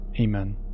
Amen